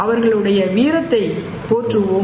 அவர்களுடைய வீரத்தைப் போற்றவோம்